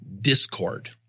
discord